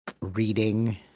reading